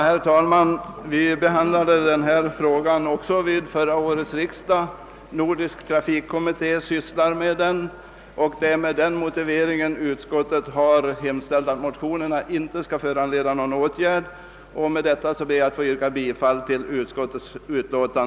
Herr talman! Också denna fråga behandlades vid förra årets riksdag, och för närvarande utreds den av Nordisk vägtrafikkommitté. Med denna motivering har utskottet hemställt att motionerna inte skall föranleda någon riksdagens åtgärd, och jag ber att få yrka bifall till utskottets hemställan.